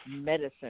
medicine